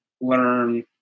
learn